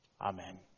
Amen